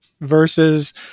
versus